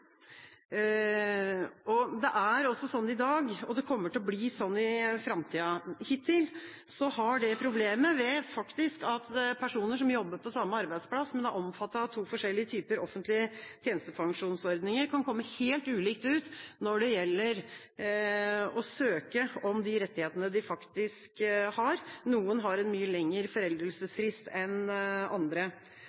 Det er sånn i dag, og det kommer til å bli sånn i framtida. Hittil har det vært et problem ved at personer som jobber på samme arbeidsplass, men som er omfattet av to forskjellige typer offentlig tjenestepensjonsordninger, kan komme helt ulikt ut når det gjelder å søke om de rettighetene de faktisk har. Noen har en mye